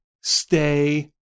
stay